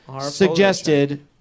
suggested